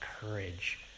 courage